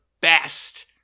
best